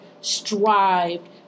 strived